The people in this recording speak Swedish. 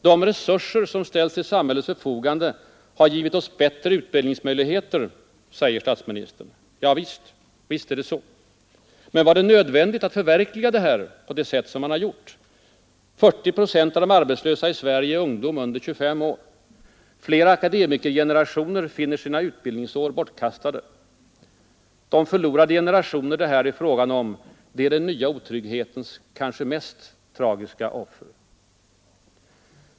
De resurser som ställts till samhällets förfogande har givit oss bättre utbildningsmöjligheter — säger statsministern. Javisst! Men var det nödvändigt att förverkliga detta på det sätt man gjort? 40 procent av de arbetslösa i Sverige är ungdom under 25 år. Flera akademikergenerationer finner sina utbildningsår bortkastade. De ”förlorade generationer” det här är fråga om är den nya otrygghetens kanske mest tragiska offer.